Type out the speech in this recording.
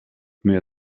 mehr